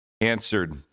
answered